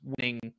winning